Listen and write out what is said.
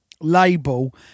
label